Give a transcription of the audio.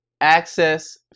access